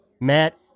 Matt